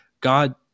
God